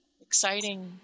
exciting